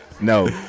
No